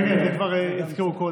כן, כן, את זה כבר הזכירו קודם.